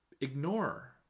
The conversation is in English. ignore